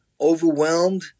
overwhelmed